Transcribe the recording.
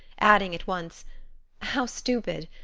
adding at once how stupid!